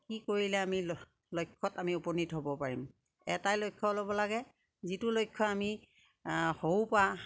কি কৰিলে আমি লক্ষ্যত আমি উপনীত হ'ব পাৰিম এটাই লক্ষ্য ল'ব লাগে যিটো লক্ষ্য আমি সৰুপা